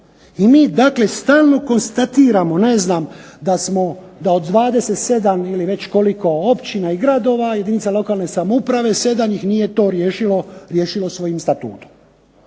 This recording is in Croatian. I mi dakle stalno konstatiramo da od 27 ili već koliko općina i gradova, jedinica lokalne samouprave 7 ih nije to riješilo svojim statutom.